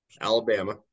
Alabama